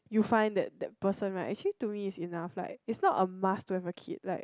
you find that that person right actually too easy now is not a must to have a kid right